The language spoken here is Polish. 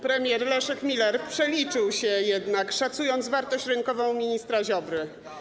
Premier Leszek Miller przeliczył się jednak, szacując wartość rynkową ministra Ziobry.